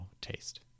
taste